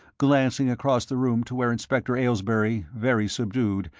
glancing across the room to where inspector aylesbury, very subdued,